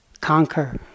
conquer